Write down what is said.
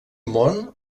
món